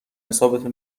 حسابتو